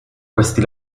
questi